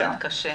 משפט קשה.